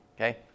Okay